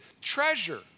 treasure